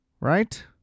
Right